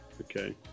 Okay